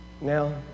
Now